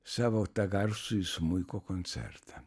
savo tą garsųjį smuiko koncertą